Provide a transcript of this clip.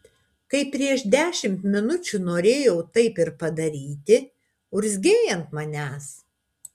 kai prieš dešimt minučių norėjau taip ir padaryti urzgei ant manęs